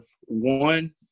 one